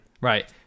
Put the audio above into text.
Right